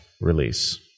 release